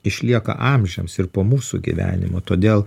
išlieka amžiams ir po mūsų gyvenimo todėl